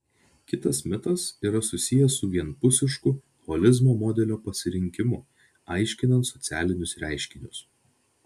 kitas mitas yra susijęs su vienpusišku holizmo modelio pasirinkimu aiškinant socialinius reiškinius